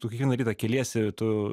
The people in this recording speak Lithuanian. tu kiekvieną rytą keliesi tu